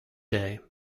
day